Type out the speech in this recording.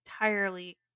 entirely